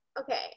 Okay